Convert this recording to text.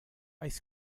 ice